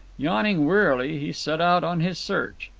yawning wearily he set out on his search.